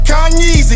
Kanye